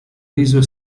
riso